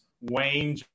Wayne